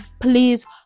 please